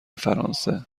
فرانسه